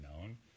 known